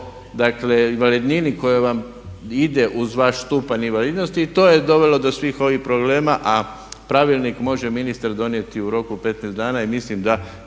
o invalidnini koje vam ide uz vaš stupanj invalidnosti i to je dovelo do svih ovih problema a pravilnik može ministar donijeti u roku 15 dana. I mislim da